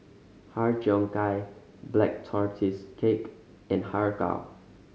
Har Cheong Gai Black Tortoise Cake and Har Kow